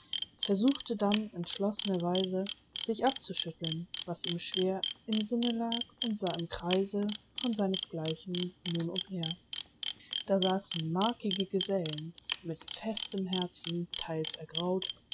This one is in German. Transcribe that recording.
versuchte dann entschlossner weise sich abzuschütteln was ihm schwer im sinne lag und sah im kreise von seines gleichen nun umher da saßen markige gesellen mit festem herzen theils ergraut